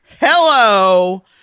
Hello